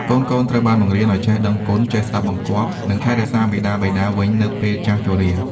កូនៗត្រូវបានបង្រៀនឱ្យចេះដឹងគុណ ចេះស្ដាប់បង្គាប់ និងថែរក្សាមាតាបិតាវិញនៅពេលចាស់ជរា។